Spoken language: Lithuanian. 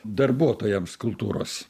darbuotojams kultūros